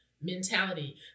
mentality